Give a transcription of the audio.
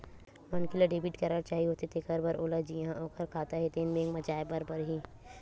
मनखे ल debit card चाही होथे तेखर बर ओला जिहां ओखर खाता हे तेन बेंक म जाए बर परही